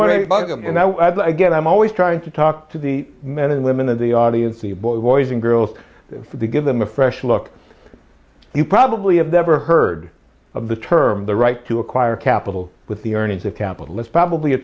want to buy them and that i get i'm always trying to talk to the men and women of the audience the boys and girls for the give them a fresh look you probably have never heard of the term the right to acquire capital with the earnings of capitalist probably a